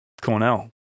cornell